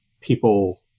people